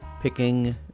picking